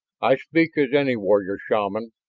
i speak as any warrior, shaman.